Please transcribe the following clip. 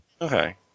Okay